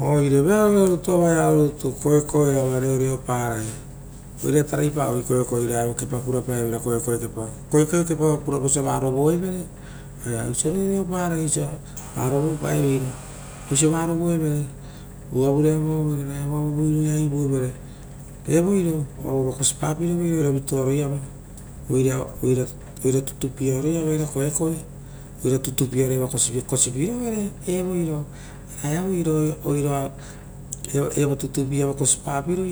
Oire vearovira rutu ovaero rutu, koekoe iava reoreoparai. Oiraia taraipavie okoe iria evo kera purapaeveira koekoe kepaa. Koekoe kepa vosa va rovoevere oaia oisio reoreopara osia va rovoevere. Oisio uarovoevire uva vare avao vere ra evoava voiro ia ivuovere, evoioro oa vova kosipapiroveira oira vituaroia va, oira tutupiaroiava eira koekoe oira tutupiaro iava kosipirovere evoiro, ra evoiro oiroa evo tutupia kosipapiro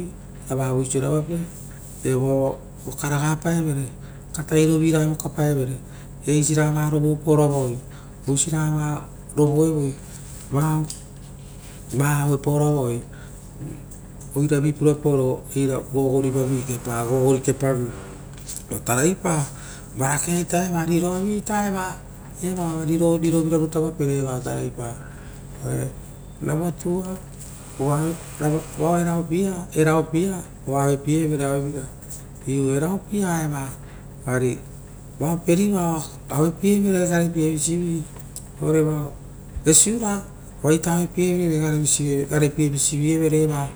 ra vavoisiore avape, evoava vokaragapaoro katai ragaia vokapae vere eisiraga va rovopaoro avaoi oisiraga varovoevoi, vao vaaue paoro avaoi oira vi purapaoro eira gogori vavi, gogori kepavi ora taraipa vara kea ita eva taraipaa. Oire eraopa ita era, vao erapiea oa avapie evere avavira iuu eraopiea eva, ari vao periva oa aue pie evere garepie visive, oire vao resiura oaita aue pie evere garepie visive eva,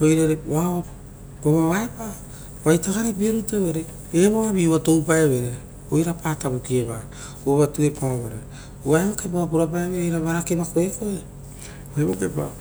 oire vao vo vavaepa oaita aue pie evere oaita garepie rutu evere, evo avi uva ita toupaevere. Oirapa favuki eva uvava tuepaovere uva evokepa oa purapaevoi eira vara keva koekoe evo kepa.